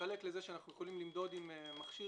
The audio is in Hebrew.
מתחלק לזה שאנחנו יכולים למדוד עם מכשיר